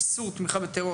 איסור תמיכה בטרור),